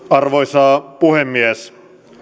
arvoisa puhemies